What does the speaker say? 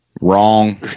Wrong